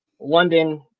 London –